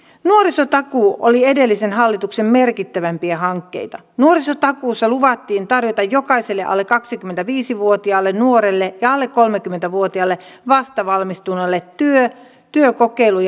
nuorisotakuu oli edellisen hallituksen merkittävimpiä hankkeita nuorisotakuussa luvattiin tarjota jokaiselle alle kaksikymmentäviisi vuotiaalle nuorelle ja alle kolmekymmentä vuotiaalle vastavalmistuneelle työ työkokeilu